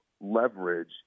leverage